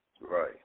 Right